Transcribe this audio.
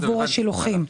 עבור השילוחים.